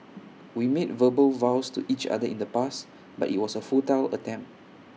we made verbal vows to each other in the past but IT was A futile attempt